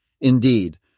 Indeed